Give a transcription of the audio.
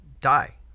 die